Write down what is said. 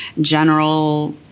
general